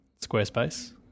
Squarespace